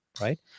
right